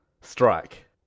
Strike